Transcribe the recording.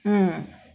mm